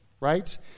right